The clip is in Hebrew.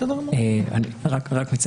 חברים